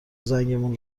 زنگمون